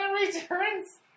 Returns